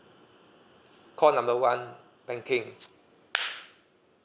call number one banking